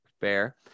Fair